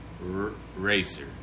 Racer